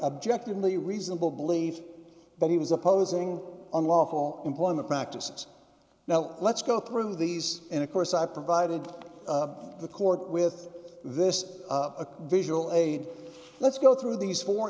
object in the reasonable belief but he was opposing unlawful employment practices now let's go through these in a course i provided the court with this a visual aid let's go through these four